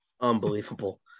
Unbelievable